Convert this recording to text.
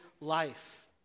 life